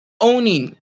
owning